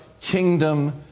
kingdom